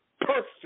perfect